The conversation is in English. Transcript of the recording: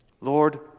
Lord